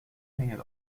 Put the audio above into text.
hinget